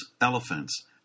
elephants